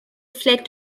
fled